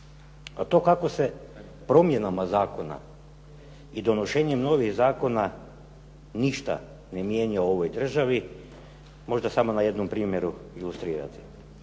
A to kako se promjenama zakona i donošenjem novih zakona ništa ne mijenja u ovoj državi, možda samo na jednom primjeru ilustrirati.